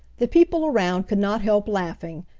the people around could not help laughing,